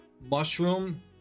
mushroom